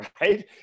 right